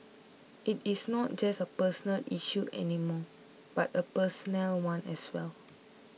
it is not just a personal issue any more but a personnel one as well